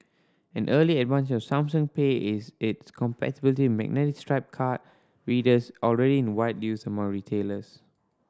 an early advantage for Samsung Pay is its compatibility with magnetic stripe card readers already in wide use among retailers